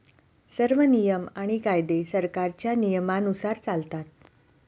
सर्व नियम आणि कायदे सरकारच्या नियमानुसार चालतात